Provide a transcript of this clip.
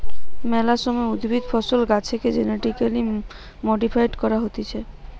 মেলা সময় উদ্ভিদ, ফসল, গাছেকে জেনেটিক্যালি মডিফাইড করা হতিছে